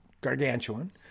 gargantuan